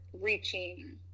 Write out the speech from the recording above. reaching